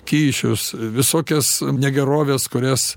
kyšius visokias negeroves kurias